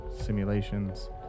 simulations